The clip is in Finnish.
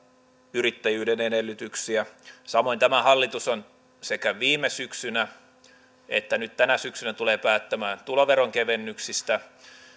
yrittäjyyden edellytyksiä samoin tämä hallitus on sekä viime syksynä päättänyt että nyt tänä syksynä tulee päättämään tuloveron kevennyksistä